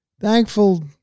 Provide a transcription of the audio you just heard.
thankful